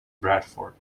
bradford